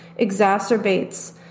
exacerbates